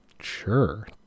Sure